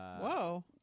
Whoa